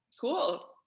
Cool